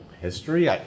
history